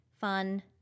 fun